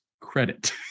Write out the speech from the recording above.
credit